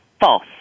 False